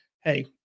Hey